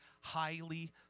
highly